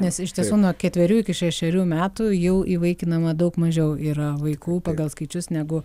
nes iš tiesų nuo ketverių iki šešerių metų jau įvaikinama daug mažiau yra vaikų pagal skaičius negu